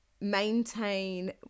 maintain